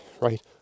right